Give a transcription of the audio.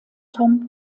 tom